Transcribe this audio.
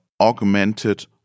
augmented